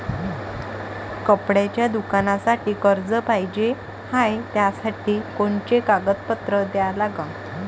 कपड्याच्या दुकानासाठी कर्ज पाहिजे हाय, त्यासाठी कोनचे कागदपत्र द्या लागन?